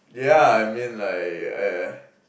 yeah I mean like I uh